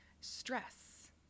Stress